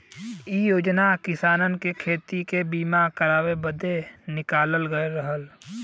इ योजना किसानन के खेती के बीमा करावे बदे निकालल गयल रहल